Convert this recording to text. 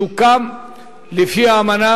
שהוקם לפי האמנה.